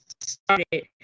started